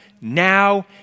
now